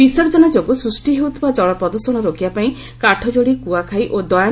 ବିସର୍ଜନ ଯୋଗୁଁ ସୃଷ୍ଟି ହେଉଥିବା କଳ ପ୍ରଦ୍ୟଷଣ ରୋକିବାପାଇଁ କାଠଯୋଡ଼ି କୁଆଖାଇ ଓ ଦୟା